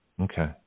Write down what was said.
Okay